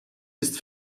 ist